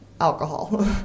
alcohol